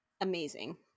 amazing